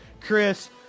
Chris